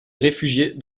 réfugier